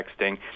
texting